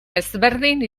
ezberdin